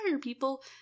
people